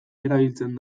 erabiltzen